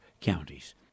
Counties